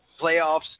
playoffs